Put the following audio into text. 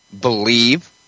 believe